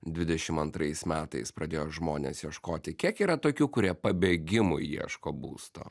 dvidešim antrais metais pradėjo žmonės ieškoti kiek yra tokių kurie pabėgimui ieško būsto